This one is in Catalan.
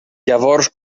llavors